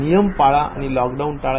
नियम पाळा आणि लॉकडाऊन टाळा